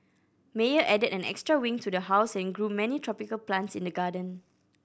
Meyer added an extra wing to the house and grew many tropical plants in the garden